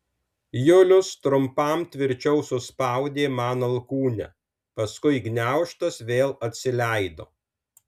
julius trumpam tvirčiau suspaudė man alkūnę paskui gniaužtas vėl atsileido